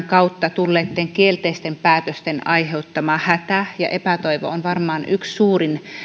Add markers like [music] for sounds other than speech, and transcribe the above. [unintelligible] kautta tulleitten kielteisten päätösten aiheuttama hätä ja epätoivo on varmaan yksi suurin